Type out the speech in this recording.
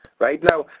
right now,